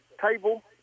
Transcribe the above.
table